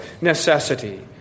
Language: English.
necessity